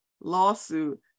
lawsuit